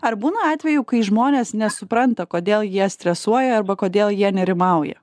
ar būna atvejų kai žmonės nesupranta kodėl jie stresuoja arba kodėl jie nerimauja